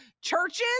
churches